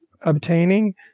obtaining